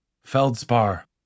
Feldspar